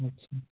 अच्छा